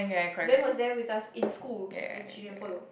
Ben was there with us in school and she didn't follow